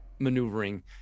maneuvering